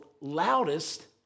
loudest